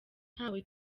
ntawe